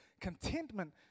contentment